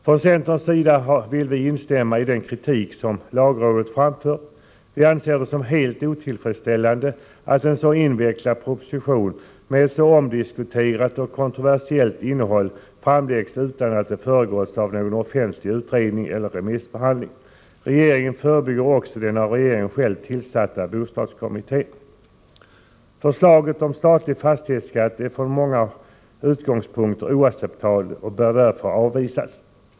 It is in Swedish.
Från centerns sida vill vi instämma i den kritik som lagrådet framfört. Vi anser det som helt otillfredsställande att en så invecklad proposition med ett så omdiskuterat och kontroversiellt innehåll framläggs utan att det föregåtts av någon offentlig utredning eller remissbehandling. Regeringen förbigår också den av regeringen själv tillsatta bostadskommittén. Förslaget om statlig fastighetsskatt är från många utgångspunkter oacceptabelt och bör därför avvisas.